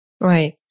Right